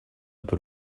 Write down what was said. per